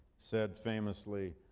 said famously,